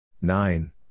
Nine